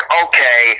okay